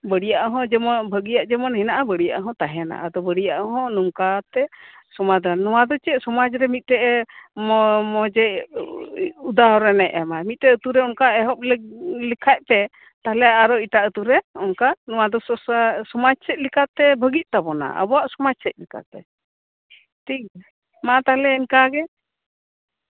ᱫᱟᱲᱤᱭᱟᱜ ᱦᱚᱸ ᱵᱷᱟᱹᱜᱤᱭᱟᱜ ᱦᱚᱸ ᱡᱮᱢᱚᱱ ᱢᱮᱱᱟᱜᱼᱟ ᱵᱟᱹᱲᱤᱡᱟᱜ ᱦᱚᱸ ᱛᱟᱦᱮᱸᱱᱟ ᱟᱫᱚ ᱵᱟᱹᱲᱤᱡᱟᱜ ᱦᱚᱸ ᱱᱚᱝᱠᱟ ᱛᱮ ᱥᱚᱢᱟᱫᱷᱟᱱ ᱱᱚᱣᱟ ᱫᱚ ᱪᱮᱫ ᱥᱚᱢᱟᱡ ᱨᱮ ᱢᱚᱸᱡᱮᱭ ᱩᱫᱟᱦᱚᱨᱚᱱᱮ ᱮᱢᱟ ᱢᱤᱫᱴᱮᱡ ᱟᱹᱛᱩ ᱨᱮ ᱚᱱᱠᱟ ᱮᱚᱵ ᱞᱮᱠᱷᱟᱱ ᱥᱮ ᱟᱨᱦᱚᱸ ᱮᱴᱟᱜ ᱟᱹᱛᱩ ᱨᱮ ᱚᱱᱠᱟ ᱱᱚᱣᱟ ᱫᱚ ᱥᱚᱢᱟᱡ ᱥᱩᱥᱟᱹᱨ ᱥᱚᱢᱟᱡ ᱪᱮᱫᱞᱮᱠᱟᱛᱮ ᱵᱷᱟᱹᱜᱤᱜ ᱛᱟᱵᱚᱱᱟ ᱟᱵᱚᱣᱟᱜ ᱥᱚᱢᱟᱡ ᱪᱮᱫᱞᱮᱠᱟᱛᱮ ᱴᱷᱤᱠ ᱢᱟ ᱛᱟᱞᱦᱮ ᱤᱱᱠᱟ ᱜᱮ